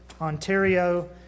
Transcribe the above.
Ontario